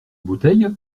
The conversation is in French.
bouteille